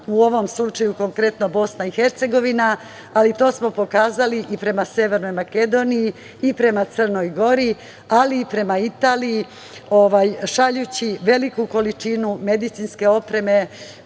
u ovom slučaju konkretno BiH, ali to smo pokazali i prema Severnoj Makedoniji, i prema Crnoj Gori, i prema Italiji, šaljući veliku količinu medicinske opreme